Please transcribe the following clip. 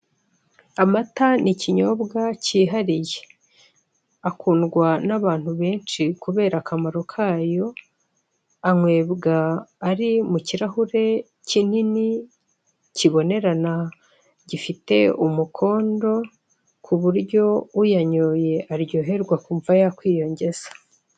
Amata ni ikinyobwa cyihariye. Akundwa n'abantu benshi kubera akamaro kayo, anyobwa ari mu kirahuri kinini, kibonerana, gifite umukondo, ku buryo uyanyoye aryoherwa akumva yakwiyongeza.